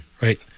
right